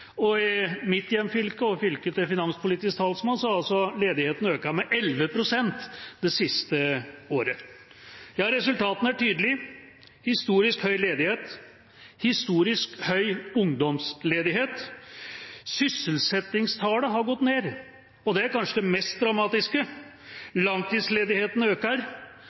og i mitt – og finanspolitisk talsmanns – hjemfylke har altså ledigheten økt med 11 pst. det siste året. Resultatene er tydelige: historisk høy ledighet, historisk høy ungdomsledighet. Sysselsettingstallene har gått ned, og det er kanskje det mest dramatiske. Langtidsledigheten øker,